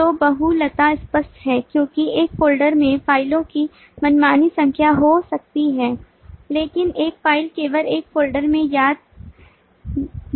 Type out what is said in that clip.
तो बहुलता स्पष्ट है क्योंकि एक फ़ोल्डर में फ़ाइलों की मनमानी संख्या हो सकती है लेकिन एक फ़ाइल केवल एक फ़ोल्डर में याद दिला सकती है